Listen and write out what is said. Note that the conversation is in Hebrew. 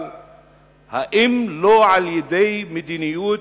האם אין במדיניות